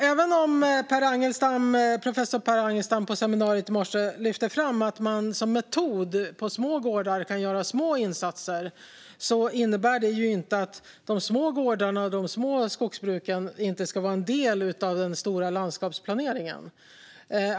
Även om professor Per Angelstam på seminariet i morse lyfte fram att man som metod på små gårdar kan göra små insatser innebär inte det att de små gårdarna och de små skogsbruken inte ska vara en del av den stora landskapsplaneringen.